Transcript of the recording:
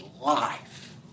life